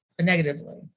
negatively